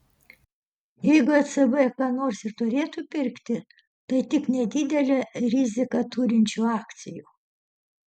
jeigu ecb ką nors ir turėtų pirkti tai tik nedidelę riziką turinčių akcijų